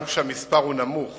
גם כשהמספר הוא נמוך